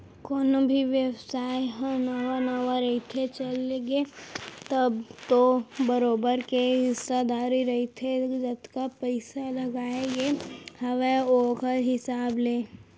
कोनो भी बेवसाय ह नवा नवा रहिथे, चलगे तब तो बरोबर के हिस्सादारी रहिथे जतका पइसा लगाय गे हावय ओखर हिसाब ले